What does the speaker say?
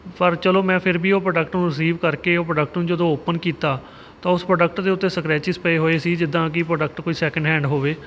ਪਰ ਚੱਲੋ ਮੈਂ ਫਿਰ ਵੀ ਉਹ ਪ੍ਰੋਡਕਟ ਰਿਸੀਵ ਕਰਕੇ ਉਹ ਪ੍ਰੋਡਕਟ ਨੂੰ ਜਦੋਂ ਓਪਨ ਕੀਤਾ ਤਾਂ ਉਸ ਪ੍ਰੋਡਕਟ ਦੇ ਉੱਤੇ ਸਕਰੈਚਿਸ ਪਏ ਹੋਏ ਸੀ ਜਿੱਦਾਂ ਕਿ ਪ੍ਰੋਡਕਟ ਕੋਈ ਸੈਕਿੰਡ ਹੈਂਡ ਹੋਵੇ